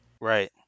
Right